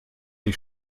ich